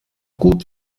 gut